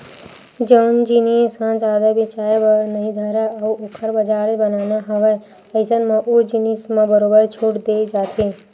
जउन जिनिस ह जादा बेचाये बर नइ धरय अउ ओखर बजार बनाना हवय अइसन म ओ जिनिस म बरोबर छूट देय जाथे